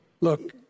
Look